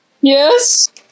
Yes